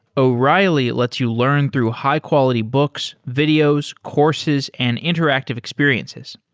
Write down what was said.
o'reilly lets you learn through high-quality books, videos, courses and interactive experiences.